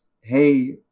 hey